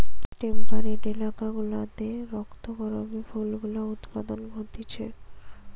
temperate এলাকা গুলাতে রক্ত করবি ফুল গুলা উৎপাদন হতিছে